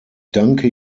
danke